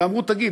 ואמרו: תגיד,